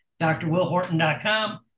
drwillhorton.com